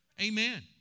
Amen